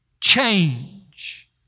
change